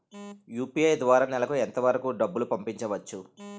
UPI ద్వారా నెలకు ఎంత వరకూ డబ్బులు పంపించవచ్చు?